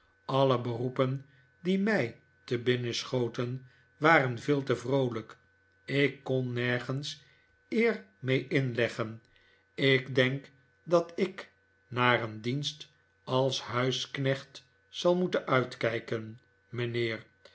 alle beroepen die mij te binnen schoten waren veel te vroolijk ik kon nergens eer mee inleggen ik denk dat ik naar een dienst als huisknecht zal moeten uitkijken mijnheer